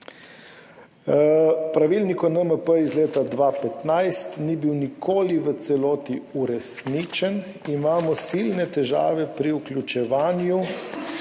Pravilnik o NMP iz leta 2015 ni bil nikoli v celoti uresničen. Imamo silne težave pri vključevanju